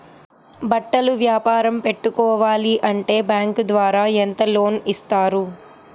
బట్టలు వ్యాపారం పెట్టుకోవాలి అంటే బ్యాంకు ద్వారా ఎంత లోన్ ఇస్తారు?